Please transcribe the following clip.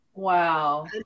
Wow